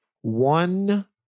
one